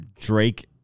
Drake